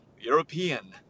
European